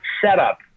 setup